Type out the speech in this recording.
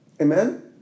Amen